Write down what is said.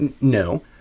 No